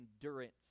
endurance